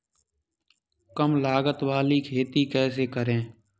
कम लागत वाली खेती कैसे करें?